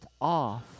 off